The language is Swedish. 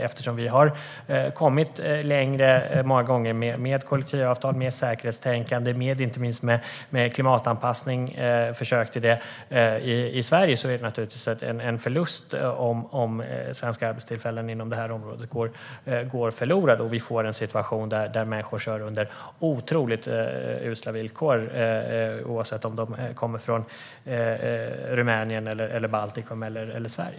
Eftersom vi har kommit längre med kollektivavtal, med säkerhetstänkande och inte minst med försök till klimatanpassning i Sverige är det naturligtvis en förlust om svenska arbetstillfällen inom det här området går förlorade och vi får en situation där människor kör under otroligt usla villkor, oavsett om de kommer från Rumänien, Baltikum eller Sverige.